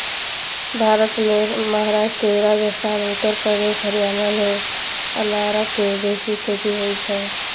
भारत मे महाराष्ट्र, राजस्थान, उत्तर प्रदेश, हरियाणा मे अनारक बेसी खेती होइ छै